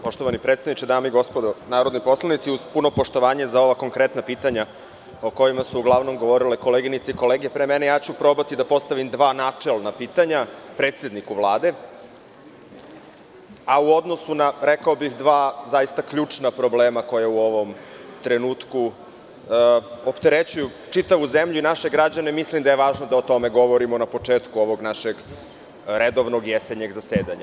Poštovani predsedniče, dame i gospodo narodni poslanici, uz puno poštovanje za ova konkretna pitanja o kojima su uglavnom govorile koleginice i kolege, ja ću probati da postavim dva načelna pitanja predsedniku Vlade, a u odnosu na, rekao bih, dva zaista ključna problema koja u ovom trenutku opterećuju čitavu zemlju i naše građane, mislim da je važno da o tome govorimo na početku ovog našeg redovnog jesenjeg zasedanja.